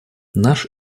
наш